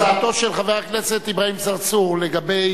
הצעתו של חבר הכנסת אברהים צרצור לגבי